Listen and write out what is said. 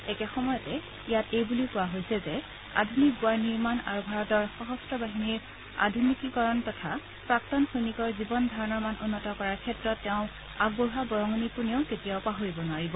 একে সময়তে ইয়াত এইবুলিও কোৱা হৈছে যে আধুনিক গোৱাৰ নিৰ্মাণ আৰু ভাৰতৰ সশস্ত্ৰ বাহিনীৰ আধুনিকীকৰণ তথা প্ৰাক্তন সৈনিকৰ জীৱন ধাৰণৰ মান উন্নীত কৰাৰ ক্ষেত্ৰত তেওঁ আগবঢ়োৱা বৰঙণি কোনেও কেতিয়াও পাহৰিব নোৱাৰিব